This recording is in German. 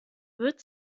wird